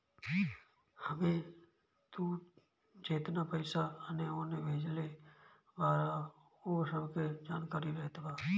एमे तू जेतना पईसा एने ओने भेजले बारअ उ सब के जानकारी रहत बा